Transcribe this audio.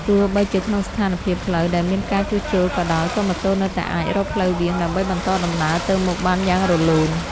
ទោះបីជាក្នុងស្ថានភាពផ្លូវដែលមានការជួសជុលក៏ដោយក៏ម៉ូតូនៅតែអាចរកផ្លូវវាងដើម្បីបន្តដំណើរទៅមុខបានយ៉ាងរលូន។